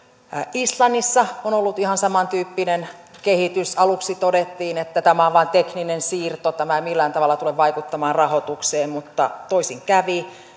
islannissa on ollut ihan samantyyppinen kehitys aluksi todettiin että tämä on vain tekninen siirto tämä ei millään tavalla tule vaikuttamaan rahoitukseen mutta toisin kävi